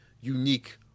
unique